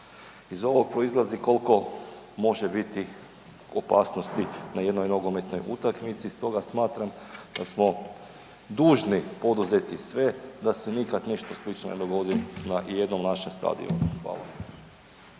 iz ovog proizlazi koliko može biti opasnosti na jednoj nogometnoj utakmici. Stoga smatram da smo dužni poduzeti sve da se nikad ništa slično ne dogodi na ijednom našem stadionu. Hvala.